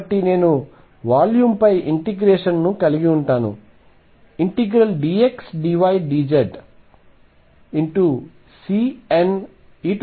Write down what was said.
కాబట్టి నేను వాల్యూమ్పై ఇంటిగ్రేషన్ ను కలిగి ఉంటాను∫dxdydz CN eik